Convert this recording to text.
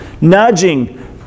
nudging